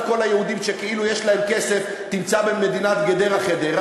את כל היהודים שכאילו יש להם כסף תמצא במדינת גדרה חדרה,